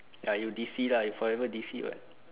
ya you DC lah you forever DC [what]